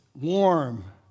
warm